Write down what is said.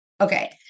Okay